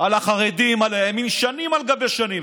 על החרדים, על הימין, שנים על גבי שנים.